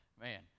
Man